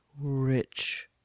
rich